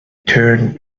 turned